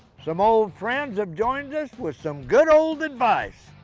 some old friends have joined us with some good old advice.